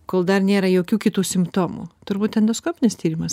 kol dar nėra jokių kitų simptomų turbūt endoskopinis tyrimas